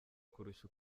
kurusha